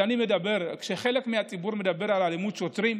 כשחלק מהציבור מדבר על אלימות שוטרים,